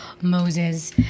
Moses